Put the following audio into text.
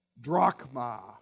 drachma